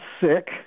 sick